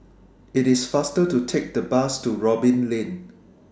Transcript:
IT IS faster to Take The Bus to Robin Lane